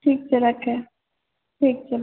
ठीक छै रखए ठीक छै